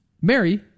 Mary